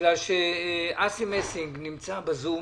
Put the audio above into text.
בגלל שאסי מסינג נמצא בזום